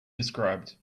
described